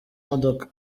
modoka